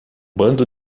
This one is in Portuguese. bando